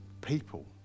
people